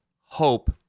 hope